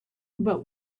but